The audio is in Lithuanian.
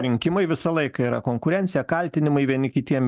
rinkimai visą laiką yra konkurencija kaltinimai vieni kitiem